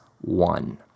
one